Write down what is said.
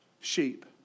sheep